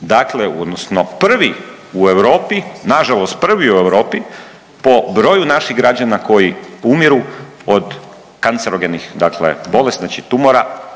dakle odnosno prvi u Europi na žalost prvi u Europi po broju naših građana koji umiru od kancerogenih bolesti, znači tumora